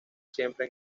siempre